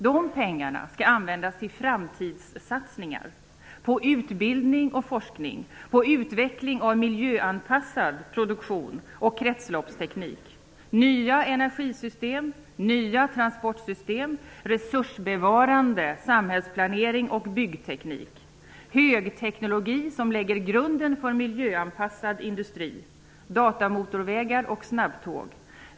De pengarna skall användas till framtidssatsningar, på utbildning och forskning, på utveckling av miljöanpassad produktion och kretsloppsteknik. Pengarna skall också användas till nya energisystem, nya transportsystem, resursbevarande samhällsplanering och byggteknik, högteknologi som lägger grunden för miljöanpassad industri, datamotorvägar och snabbtåg.